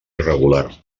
irregular